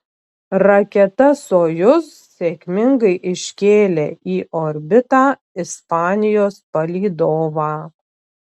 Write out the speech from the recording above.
raketa sojuz sėkmingai iškėlė į orbitą ispanijos palydovą